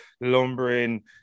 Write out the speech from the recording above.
lumbering